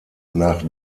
nach